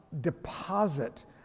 deposit